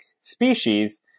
species